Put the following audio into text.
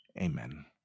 amen